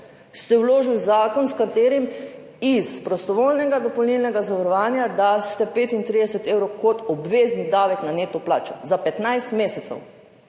ste vložili zakon, s katerim iz prostovoljnega dopolnilnega zavarovanja daste 35 evrov kot obvezni davek na neto plačo. Za 15 mesecev.